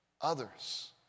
others